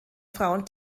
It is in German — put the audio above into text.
frauen